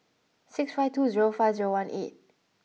six five two zero five zero one eight